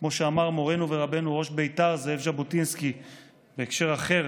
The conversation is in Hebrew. כמו שאמר מורנו ורבנו ראש בית"ר זאב ז'בוטינסקי בהקשר אחר,